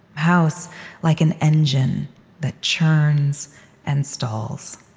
house like an engine that churns and stalls.